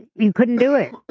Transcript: you couldn't do it.